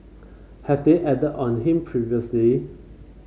have they acted on him previously